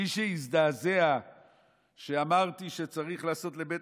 מי שהזדעזע כשאמרתי שצריך לעשות לבית